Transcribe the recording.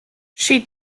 she